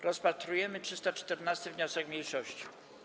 Rozpatrujemy 314. wniosek mniejszości.